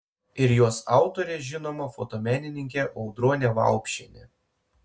ir jos autorė žinoma fotomenininkė audronė vaupšienė